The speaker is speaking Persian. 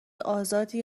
آزادی